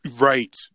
right